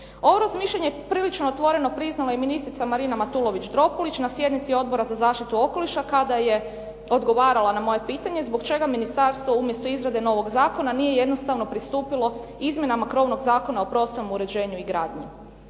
Ovo razmišljanje prilično otvoreno priznala je i ministrica Marina Matulović Dropulić na sjednici Odbora za zaštitu okoliša kada je odgovarala na moje pitanje zbog čega ministarstvo umjesto izrade novog zakona nije jednostavno pristupilo izmjenama krovnog Zakona o prostornom uređenju i gradnji.